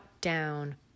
down